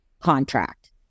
contract